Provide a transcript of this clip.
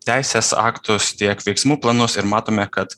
teisės aktus tiek veiksmų planus ir matome kad